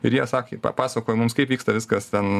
ir jie sakė papasakojo mums kaip vyksta viskas ten